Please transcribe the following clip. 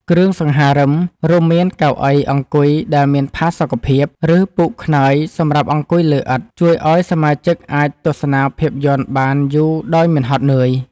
គ្រឿងសង្ហារិម រួមមានកៅអីអង្គុយដែលមានផាសុកភាព ឬពូកខ្នើយសម្រាប់អង្គុយលើឥដ្ឋ ជួយឱ្យសមាជិកអាចទស្សនាភាពយន្តបានយូរដោយមិនហត់នឿយ។